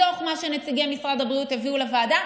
מתוך מה שנציגי משרד הבריאות הביאו לוועדה,